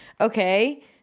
okay